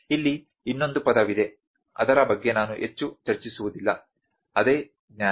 ಇಲ್ಲಿ ಇನ್ನೊಂದು ಪದವಿದೆ ಅದರ ಬಗ್ಗೆ ನಾನು ಹೆಚ್ಚು ಚರ್ಚಿಸುವುದಿಲ್ಲ ಅದೇ ಜ್ಞಾನ